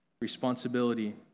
responsibility